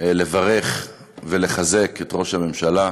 לברך ולחזק את ראש הממשלה,